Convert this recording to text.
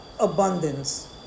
abundance